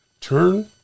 turn